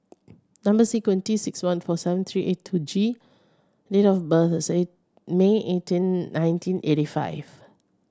number sequence T six one four seven three eight two G date of birth is May eighteen nineteen eighty five